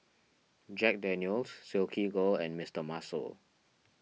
Jack Daniel's Silkygirl and Mister Muscle